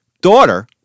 daughter